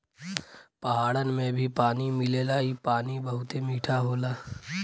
पहाड़न में भी पानी मिलेला इ पानी बहुते मीठा होला